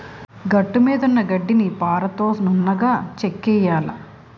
గట్టుమీదున్న గడ్డిని పారతో నున్నగా చెక్కియ్యాల